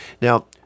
Now